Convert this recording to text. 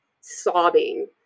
sobbing